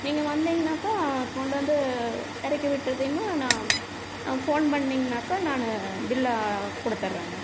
நீங்கள் வந்திங்கனாக்கா கொண்டு வந்து இறக்கி விட்டதுமே நான் ஃபோன் பண்ணிங்கனாக்கா நான் பில்லை கொடுத்துட்றேங்க